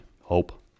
hope